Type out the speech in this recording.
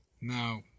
now